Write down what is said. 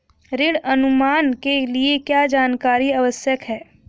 ऋण अनुमान के लिए क्या जानकारी आवश्यक है?